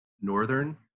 Northern